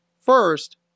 first